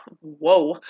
whoa